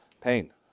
Pain